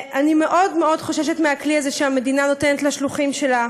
אני מאוד מאוד חוששת שהכלי הזה שהמדינה נותנת לשלוחים שלה,